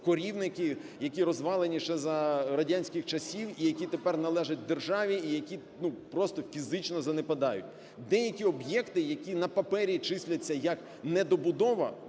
корівники, які розвалені ще за радянських часів і які тепер належать державі, і які, ну, просто фізично занепадають. Деякі об'єкти, які на папері числяться як недобудова,